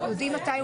יודעים מתי הוא?